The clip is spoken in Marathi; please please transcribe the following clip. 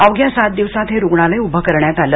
अवघ्या सात दिवसात रुग्णालय उभ करण्यात आलं